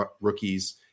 rookies